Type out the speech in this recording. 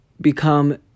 become